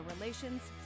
relations